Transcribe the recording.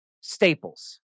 staples